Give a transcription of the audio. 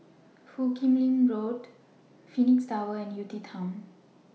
Foo Kim Lin Road Phoenix Tower and UTown